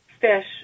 Fish